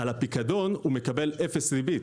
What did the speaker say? ועל הפיקדון הוא מקבל אפס ריבית.